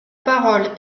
parole